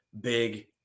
Big